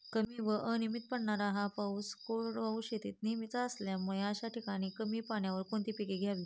कमी व अनियमित पडणारा पाऊस हा कोरडवाहू शेतीत नेहमीचा असल्यामुळे अशा ठिकाणी कमी पाण्यावर कोणती पिके घ्यावी?